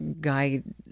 guide